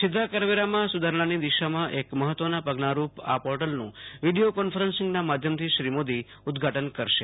સીધા કરવેરામાં સુધારણાની દિશામાં એક મહત્ત્વના પગલાંરૂપ આ પોર્ટલનું વીડિયો કોન્ફરન્સિંગના માધ્યમથી શ્રી મોદી ઉદ્વાટન કરશે